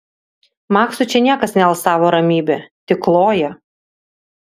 maksui čia niekas nealsavo ramybe tik kloja